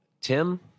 Tim